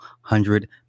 hundred